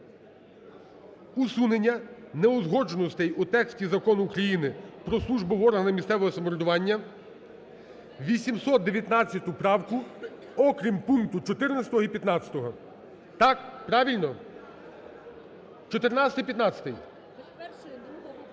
усунення неузгодженостей у тексті Закону України "Про службу в органах місцевого самоврядування" 819 правку, окрім пункту 14 і 15. Так, правильно? 14-й і 15-й. (Шум